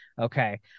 Okay